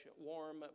warm